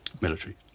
Military